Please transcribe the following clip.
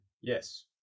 Yes